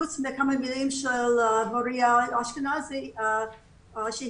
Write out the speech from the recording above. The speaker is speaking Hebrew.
חוץ מכמה מילים של מוריה אשכנזי שדיברה